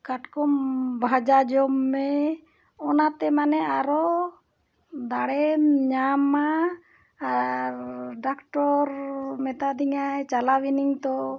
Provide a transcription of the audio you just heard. ᱠᱟᱴᱠᱚᱢ ᱵᱷᱟᱡᱟ ᱡᱚᱢ ᱢᱮ ᱚᱱᱟᱛᱮ ᱢᱟᱱᱮ ᱟᱨᱚ ᱫᱟᱲᱮᱢ ᱧᱟᱢᱟ ᱟᱨ ᱰᱟᱠᱴᱚᱨ ᱢᱮᱛᱟᱫᱤᱧᱟᱹᱭ ᱪᱟᱞᱟᱣ ᱤᱱᱟᱹᱧ ᱛᱚ